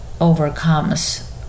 overcomes